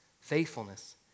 faithfulness